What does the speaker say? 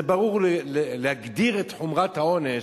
זה ברור, להגדיר את חומרת העונש,